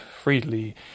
freely